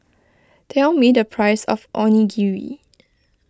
tell me the price of Onigiri